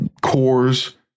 cores